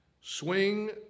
Swing